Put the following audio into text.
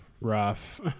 Rough